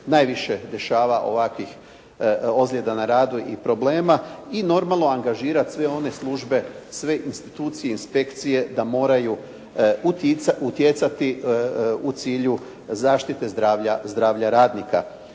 najviše dešava ovakvih ozljeda na radu i problema i normalno angažirati sve one službe, sve institucije, inspekcije da moraju utjecati u cilj zaštite zdravlja radnika,